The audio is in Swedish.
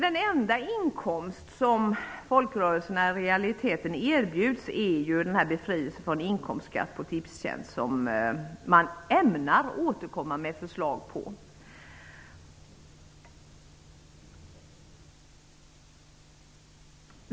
Den enda inkomst om folkrörelserna i realiteten erbjuds är en befrielse från inkomstskatt på Tipstjänst. Där ämnar man att återkomma med förslag.